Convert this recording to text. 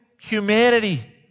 humanity